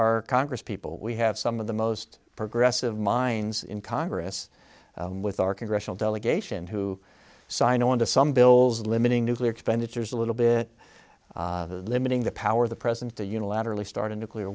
our congress people we have some of the most progressive minds in congress with our congressional delegation who signed on to some bills limiting nuclear expenditures a little bit limiting the power of the president to unilaterally start a nuclear